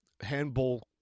handball